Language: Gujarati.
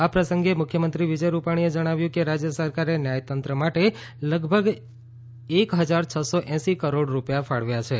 આ પ્રસંગે મુખ્યમંત્રી વિજય રૂપાણીએ જણાવ્યું કે રાજ્ય સરકારે ન્યાયતંત્ર માટે લગભગ એક હજાર છ સો એંસી કરોડ રૂપિયા ફાળવ્યા છે